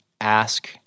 ask